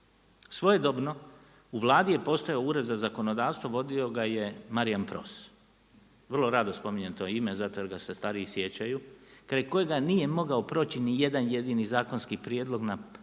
Svojedobno u Vladi je postao ured za zakonodavstvo, vodio ga je Marijan Pros, vrlo rado spominjem to ime zato jer ga se stariji sjećaju, kraj kojega nije mogao proći nijedan jedini zakonski prijedlog na